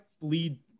lead